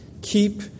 keep